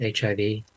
HIV